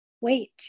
wait